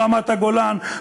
ברמת-הגולן,